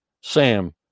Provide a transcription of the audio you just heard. Sam